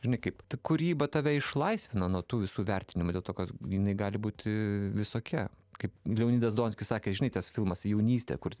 žinai kaip kūryba tave išlaisvino nuo tų visų vertinimų dėl to kad jinai gali būti visokia kaip leonidas donskis sakė žinai tas filmas jaunystė kur